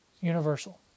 universal